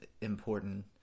important